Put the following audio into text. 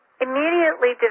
immediately